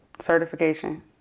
certification